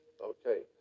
Okay